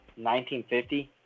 1950